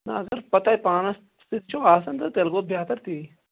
نہٕ اَگر پتےَ پانَس سٟتۍ چھِوٕ آسان تہٕ تیٚلہِ گوٚو بہتر تی